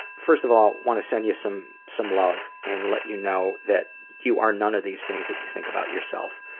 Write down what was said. first of all i want to send you some some love and let you know that you are none of these things that you think about yourself.